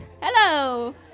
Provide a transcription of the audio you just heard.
Hello